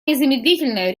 незамедлительная